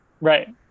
Right